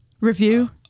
review